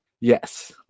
Yes